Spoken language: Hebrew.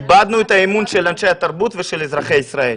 איבדנו את האמון של אנשי התרבות ושל אזרחי ישראל.